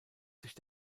sich